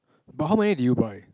but how many did you buy